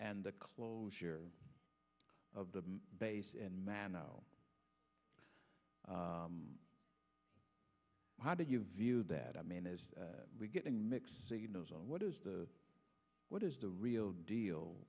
and the closure of the base in man now how do you view that i mean as we getting mixed signals on what is the what is the real deal